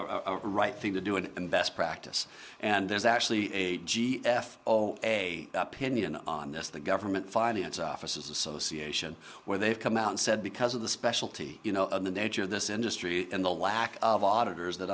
right thing to do and best practice and there's actually a g f o a opinion on this the government finance officers association where they've come out and said because of the specialty you know the nature of this industry and the lack of auditors that